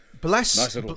Bless